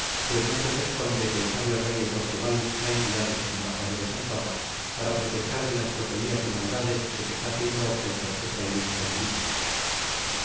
pues no se os esconde que el sabio rey de portugal ha enviado sus embajadores al papa para protestar de las tropelías y maldades de que está siendo objeto esta ilustre milicia